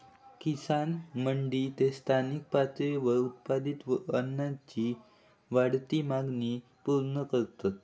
किसान मंडी ते स्थानिक पातळीवर उत्पादित अन्नाची वाढती मागणी पूर्ण करतत